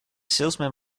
salesman